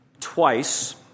Twice